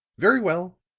very well,